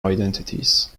identities